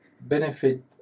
benefit